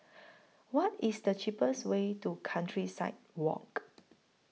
What IS The cheapest Way to Countryside Walk